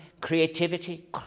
creativity